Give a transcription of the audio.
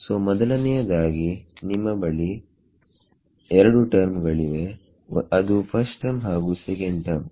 ಸೋಮೊದಲನೆಯದಾಗಿ ನಿಮ್ಮ ಬಳಿ 2 ಟರ್ಮುಗಳಿವೆ ಅದು ಫಸ್ಟ್ ಟರ್ಮ್ ಹಾಗು ಸೆಕೆಂಡ್ ಟರ್ಮ್